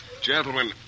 Gentlemen